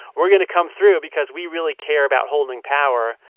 we're going to come through because we really care about holding power.